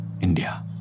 India